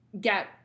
get